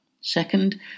Second